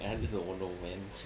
ya with the don't know when